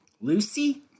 Lucy